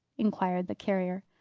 inquired the carrier.